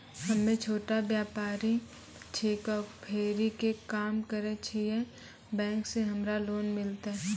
हम्मे छोटा व्यपारी छिकौं, फेरी के काम करे छियै, बैंक से हमरा लोन मिलतै?